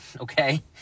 okay